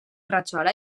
rajola